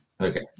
Okay